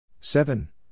Seven